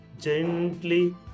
Gently